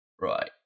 Right